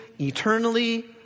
eternally